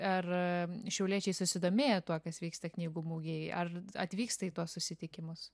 ar šiauliečiai susidomėję tuo kas vyksta knygų mugėj ar atvyksta į tuos susitikimus